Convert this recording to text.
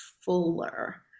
fuller